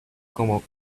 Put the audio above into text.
como